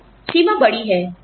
तो सीमा बड़ी है